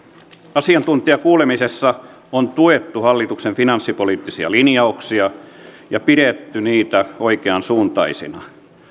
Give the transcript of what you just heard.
asiantuntijakuulemisessa on tuettu hallituksen finanssipoliittisia linjauksia ja pidetty niitä oikeansuuntaisina